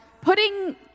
putting